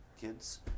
kids